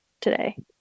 today